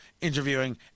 interviewing